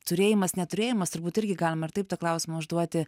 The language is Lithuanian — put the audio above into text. turėjimas neturėjimas turbūt irgi galima ir taip tą klausimą užduoti